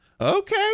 okay